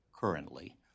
currently